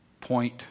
point